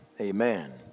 amen